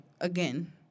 again